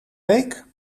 week